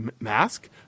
mask